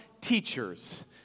teachers